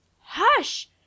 hush